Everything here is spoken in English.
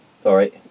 Sorry